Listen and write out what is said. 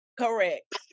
Correct